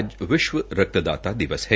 आज विश्व रक्तदाता दिवस है